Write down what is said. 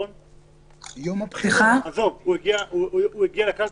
הוא הגיע לקלפי?